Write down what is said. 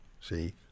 See